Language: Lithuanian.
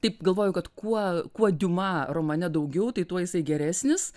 taip galvoju kad kuo kuo diuma romane daugiau tai tuo jisai geresnis